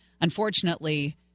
Unfortunately